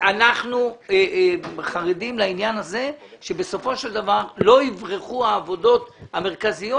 אנחנו חרדים לעניין הזה שבסופו של דבר לא יברחו העבודות המרכזיות